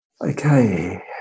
okay